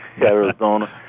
Arizona